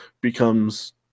becomes